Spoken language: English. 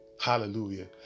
Hallelujah